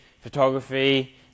photography